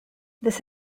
this